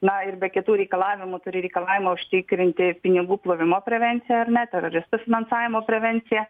na ir be kitų reikalavimų turi reikalavimą užtikrinti pinigų plovimo prevenciją ar ne teroristų finansavimo prevenciją